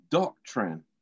doctrine